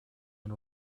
and